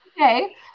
okay